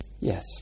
yes